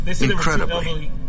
Incredibly